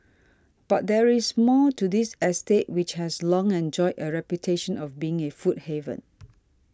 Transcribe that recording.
but there is more to this estate which has long enjoyed a reputation of being a food haven